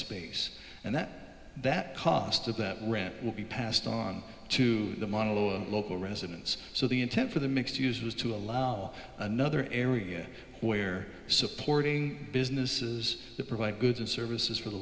space and that that cost of that rent will be passed on to the model or local residents so the intent for the mixed use was to allow another area where supporting businesses to provide goods and services for the